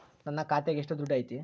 ನನ್ನ ಖಾತ್ಯಾಗ ಎಷ್ಟು ದುಡ್ಡು ಐತಿ?